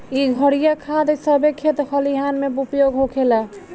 एह घरिया खाद सभे खेत खलिहान मे उपयोग होखेला